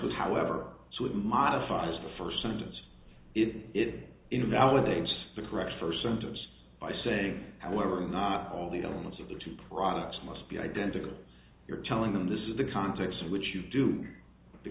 with however so it modifies the first sentence it invalidates the correction first sentence by saying however not all the elements of the two products must be identical you're telling them this is the context in which you do the